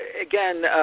again,